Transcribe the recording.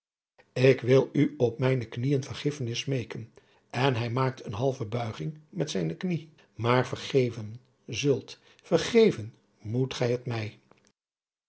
ik wil u op mijne knieën vergiffenis smeeken en hij maakt eene halve buiging met zijne knie adriaan loosjes pzn het leven van hillegonda buisman maar vergeven zult vergeven moet gij het mij